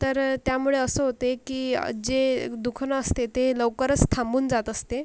तर त्यामुळे असं होते की जे दुखणं असते ते लवकरच थांबून जात असते